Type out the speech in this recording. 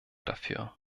dafür